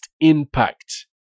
impact